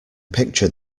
picture